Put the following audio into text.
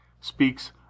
speaks